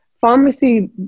Pharmacy